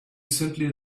simply